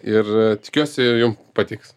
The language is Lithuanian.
ir tikiuosi jum patiks